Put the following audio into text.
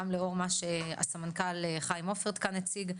גם לאור מה שהסמנכ"ל חיים עופר כאן הציג,